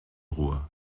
ruhe